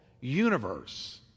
universe